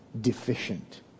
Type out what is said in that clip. deficient